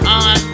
on